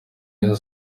rayon